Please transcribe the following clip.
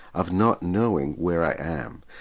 of not knowing where i am,